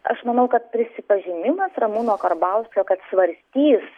aš manau kad prisipažinimas ramūno karbauskio kad svarstys